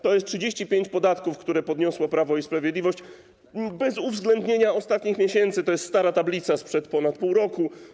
To jest 35 podatków, które podniosło Prawo i Sprawiedliwość, ale tablica nie uwzględnia ostatnich miesięcy, bo to jest stara tablica, sprzed ponad pół roku.